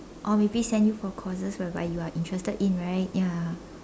or maybe send you for courses whereby you are interested in right ya